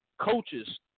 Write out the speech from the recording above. coaches